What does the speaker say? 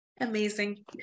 Amazing